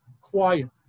quiet